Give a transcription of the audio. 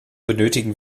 benötigen